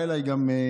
בא אליי גם,